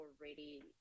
already